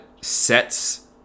sets